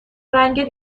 رنگت